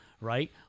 right